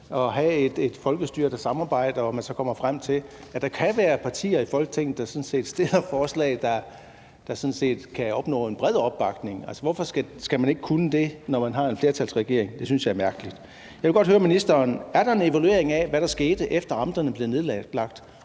og have et folkestyre, der samarbejder, og så komme frem til, at der kan være partier i Folketinget, der fremsætter forslag, der sådan set kan opnå en bred opbakning. Altså, hvorfor skal man ikke kunne det, når man har en flertalsregering? Det synes jeg er mærkeligt. Jeg vil godt høre ministeren: Er der en evaluering af, hvad der skete, efter at amterne blev nedlagt?